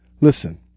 Listen